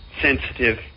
sensitive